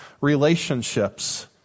relationships